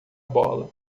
bola